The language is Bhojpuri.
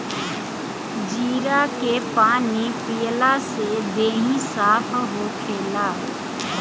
जीरा के पानी पियला से देहि साफ़ होखेला